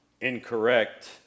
Incorrect